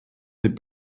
fait